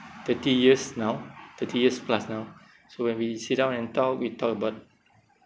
thirty years now thirty years plus now so when we sit down and talk we talk about